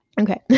Okay